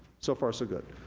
so far, so good.